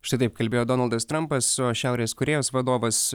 štai taip kalbėjo donaldas trampas su šiaurės korėjos vadovas